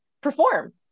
perform